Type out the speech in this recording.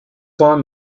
time